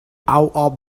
out